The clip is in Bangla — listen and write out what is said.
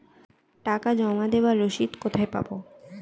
টাকা জমা দেবার রসিদ কোথায় পাব?